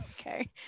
okay